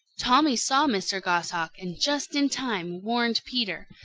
tommy saw mr. goshawk and just in time warned peter,